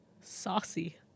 Saucy